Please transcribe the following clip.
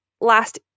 last